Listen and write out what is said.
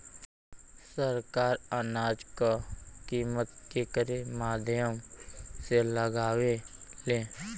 सरकार अनाज क कीमत केकरे माध्यम से लगावे ले?